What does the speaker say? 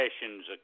sessions